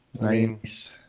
Nice